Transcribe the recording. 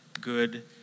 good